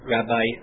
Rabbi